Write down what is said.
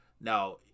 Now